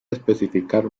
especificar